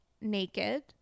naked